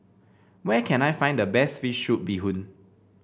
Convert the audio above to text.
where can I find the best fish soup Bee Hoon